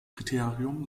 kriterium